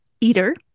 Eater